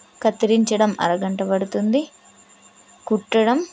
కత్తిరించడం అరగంట పడుతుంది కుట్టడం